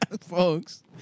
Folks